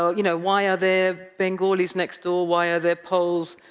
you know, why are there bengalis next door? why are there pols?